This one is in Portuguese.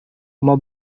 uma